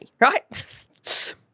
right